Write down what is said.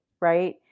right